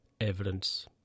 evidence